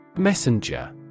Messenger